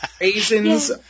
raisins